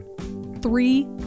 three